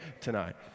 tonight